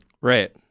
right